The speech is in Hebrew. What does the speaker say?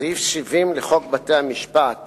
סעיף 70 לחוק בתי-המשפט